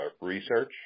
research